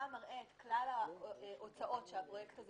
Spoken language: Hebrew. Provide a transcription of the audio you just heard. אתה מראה את כלל ההוצאות שהפרויקט הזה